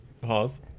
Pause